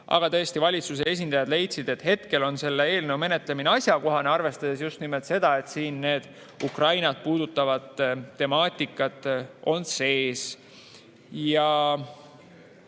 Aga tõesti, valitsuse esindajad leidsid, et hetkel on selle eelnõu menetlemine asjakohane, arvestades just nimelt seda, et siin on sees ka Ukrainat puudutav temaatika. Küsimus oli